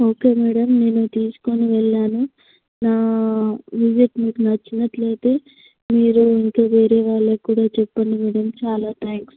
okay madam నేను తీసుకువెళ్ళాను నా విజిట్ మీకు నచ్చినట్లు అయితే మీరు ఇంకా వేరే వాళ్ళకి కూడా చెప్పండి మేడం చాలా థాంక్స్